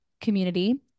community